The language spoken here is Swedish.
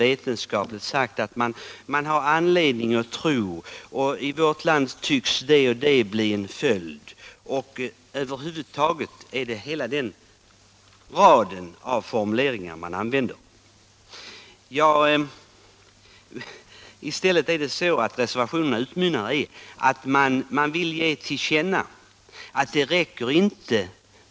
Reservanterna använder formuleringar av typen: ”man har anledning att tro” och Si vårt land tycks det och det bli följden”. Reservationerna utmynnar i att riksdagen skall ge regeringen till känna att det inte räcker med det som hittills gjorts inom miljövården.